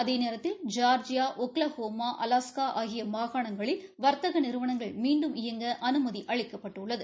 அதேநேரத்தில் Georgia Oklahoma Alaska ஆகிய மாகாணங்களில் வர்த்தக நிறுவனங்கள் மீண்டும் இயங்க அனுமதி அளிக்கப்பட்டுள்ளது